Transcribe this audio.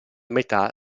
metà